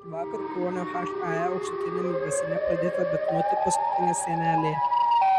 vakar kruonio hae aukštutiniame baseine pradėta betonuoti paskutinė sienelė